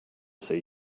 see